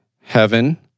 heaven